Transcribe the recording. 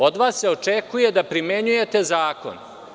Od vas se očekuje da primenjujete zakon.